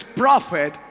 prophet